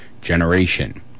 generation